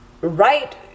right